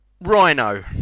Rhino